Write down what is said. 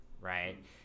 right